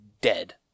dead